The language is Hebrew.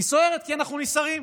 היא סוערת כי אנחנו נסערים.